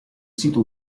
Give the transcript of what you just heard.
sito